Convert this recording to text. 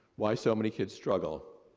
why so many kids struggle,